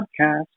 podcast